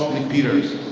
mcpeters.